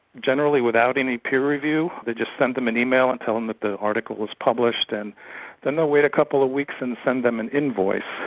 generally without any peer review. review. they just send them an email and tell them that the article was published. and then they'll wait a couple of weeks and send them an invoice,